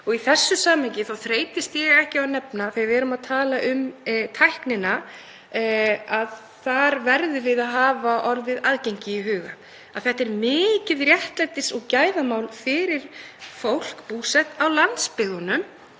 Í þessu samhengi þá þreytist ég ekki á að nefna þegar við erum að tala um tæknina að þar verðum við að hafa aðgengi í huga. Það er mikið réttlætis- og gæðamál fyrir fólk búsett á landsbyggðinni